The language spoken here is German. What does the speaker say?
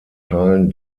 teilen